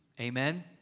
Amen